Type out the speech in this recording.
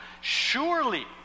surely